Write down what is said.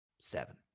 seven